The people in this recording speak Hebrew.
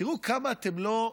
תראו כמה אתם לא,